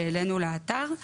שהעלינו לאתר.